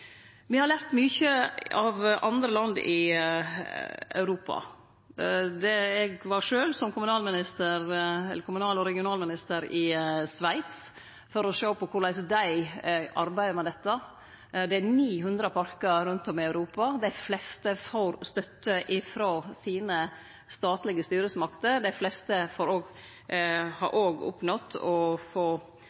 Me har lært mykje av andre land i Europa. Eg var sjølv, som kommunal- og regionalminister, i Sveits for å sjå på korleis dei arbeider med dette. Det er 900 parkar rundt om i Europa, og dei fleste får støtte frå sine statlege styresmakter. Dei fleste har òg oppnådd å få